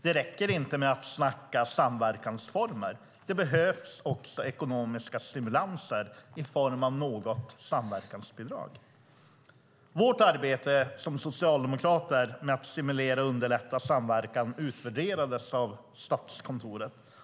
Det räcker inte med att snacka samverkansformer. Det behövs också ekonomiska stimulanser i form av något samverkansbidrag. Vårt arbete som socialdemokrater med att stimulera och underlätta samverkan utvärderades av Statskontoret.